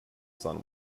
sun